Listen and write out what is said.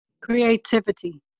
Creativity